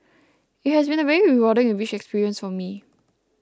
it has been a very rewarding and rich experience for me